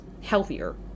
healthier